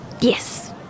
Yes